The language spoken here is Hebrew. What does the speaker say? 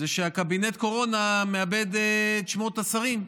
זה שקבינט הקורונה מאבד את שמות השרים.